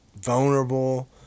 vulnerable